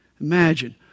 Imagine